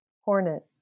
Hornet